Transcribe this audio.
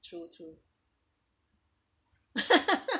true true